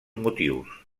motius